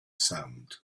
sound